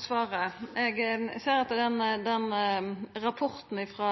svaret. Eg ser at i den rapporten frå